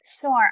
Sure